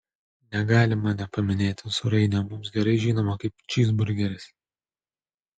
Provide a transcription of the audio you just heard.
negalima nepaminėti sūrainio mums gerai žinomo kaip čyzburgeris